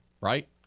right